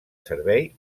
servei